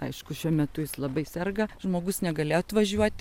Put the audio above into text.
aišku šiuo metu jis labai serga žmogus negalėjo atvažiuot